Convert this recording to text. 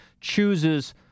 chooses